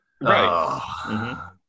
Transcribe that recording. Right